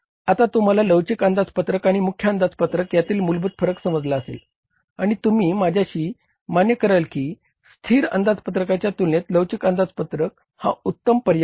तर आता तुम्हाला लवचिक अंदाजपत्रक यातील मूलभूत फरक समजला असेल आणि तुम्ही माझ्याशी मान्य कराल की स्थिर अंदाजपत्रकाच्या तुलनेत लवचिक अंदाजपत्रक हाच उत्तम पर्याय आहे